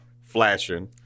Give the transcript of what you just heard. flashing